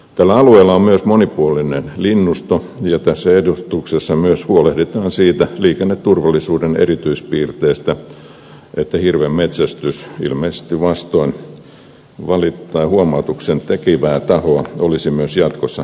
tällä alueella on myös monipuolinen linnusto ja tässä esityksessä myös huolehditaan siitä liikenneturvallisuuden erityispiirteestä että hirvenmetsästys ilmeisesti vastoin huomautuksen tekevää tahoa olisi myös jatkossa mahdollista